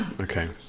okay